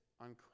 on